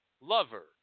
lover